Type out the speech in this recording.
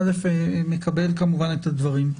א', אני מקבל כמובן את הדברים.